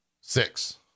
six